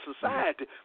society